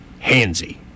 handsy